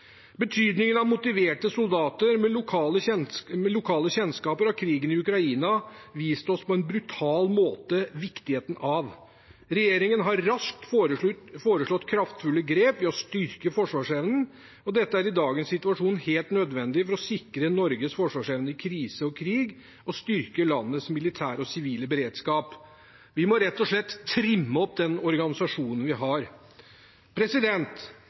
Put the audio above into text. Betydningen av motiverte soldater med lokalkjennskap har krigen i Ukraina på en brutal måte vist oss viktigheten av. Regjeringen har raskt foreslått kraftfulle grep ved å styrke forsvarsevnen. Dette er i dagens situasjon helt nødvendig for å sikre Norges forsvarsevne i krise og krig og styrke landets militære og sivile beredskap. Vi må rett og slett trimme opp den organisasjonen vi har.